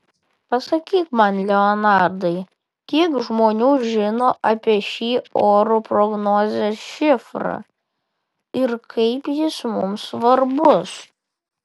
pasakyk man leonardai kiek žmonių žino apie šį orų prognozės šifrą ir kaip jis mums svarbus